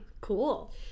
Cool